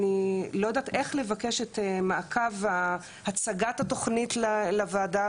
אני לא יודעת איך לבקש את מעקב הצגת התוכנית לוועדה,